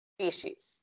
species